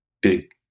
big